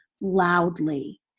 loudly